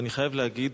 ואני חייב להגיד